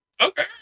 Okay